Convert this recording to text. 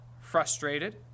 frustrated